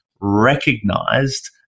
recognized